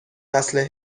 نسل